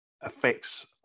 affects